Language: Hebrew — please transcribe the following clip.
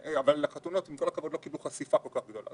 אבל החתונות לא קיבלו חשיפה כל כך גדולה,